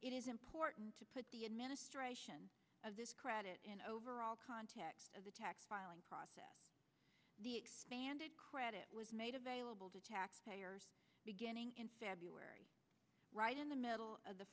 it is important to put the administration of this credit in overall context as the tax filing process the expanded credit was made available to taxpayers beginning instead be wary right in the middle of the